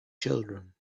children